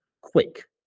Quick